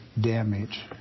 damage